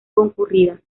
concurridas